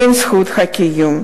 אין זכות קיום.